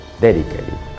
dedicated